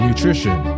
Nutrition